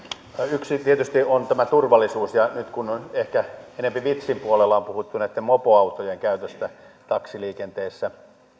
yksi tietysti on tämä turvallisuus ja kun nyt on ehkä enempi vitsin puolella puhuttu näitten mopoautojen käytöstä taksiliikenteessä